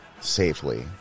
safely